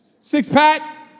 six-pack